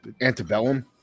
Antebellum